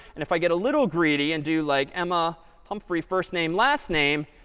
and if i get a little greedy and do like emma humphrey, first name, last name,